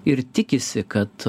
ir tikisi kad